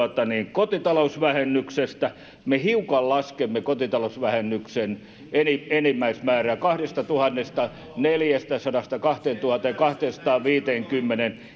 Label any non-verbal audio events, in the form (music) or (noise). kotitalousvähennyksestä me hiukan laskemme kotitalousvähennyksen enimmäismäärää kahdestatuhannestaneljästäsadasta kahteentuhanteenkahteensataanviiteenkymmeneen (unintelligible)